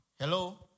Hello